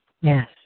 Yes